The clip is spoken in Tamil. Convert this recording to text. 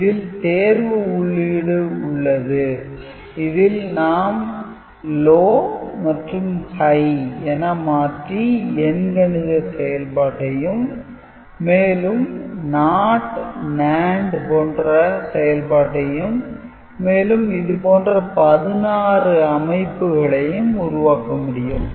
இதில் தேர்வு உள்ளீடு உள்ளது இதில் நாம் L மற்று H என மாற்றி எண் கணித செயல்பாட்டையும் மேலும் NOT NAND போன்ற செயல்பாட்டையும் மேலும் இது போன்று 16 அமைப்புகளையும் உருவாக்க முடியும்